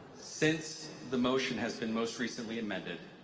since the motion has been most recently amended,